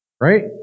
right